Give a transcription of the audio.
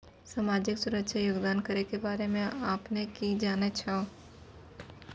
समाजिक सुरक्षा योगदान करो के बारे मे अपने कि जानै छो?